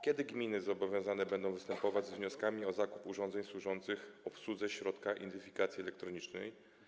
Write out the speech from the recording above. Kiedy gminy zobowiązane będą występować z wnioskami o zakup urządzeń służących obsłudze środka identyfikacji elektronicznej?